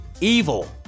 evil